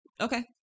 okay